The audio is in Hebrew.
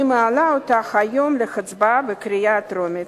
אני מעלה אותה היום להצבעה בקריאה טרומית.